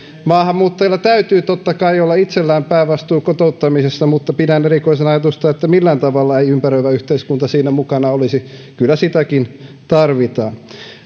maahanmuuttajalla täytyy totta kai olla itsellään päävastuu kotouttamisesta mutta pidän erikoisena ajatusta että millään tavalla ei ympäröivä yhteiskunta siinä mukana olisi kyllä sitäkin tarvitaan